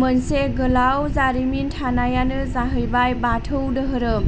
मोनसे गोलाव जारिमिन थानायानो जाहैबाय बाथौ धोरोम